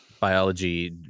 biology